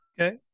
Okay